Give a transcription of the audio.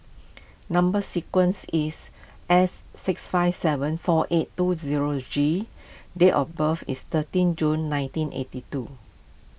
Number Sequence is S six five seven four eight two zero G date of birth is thirteen June nineteen eighty two